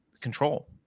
control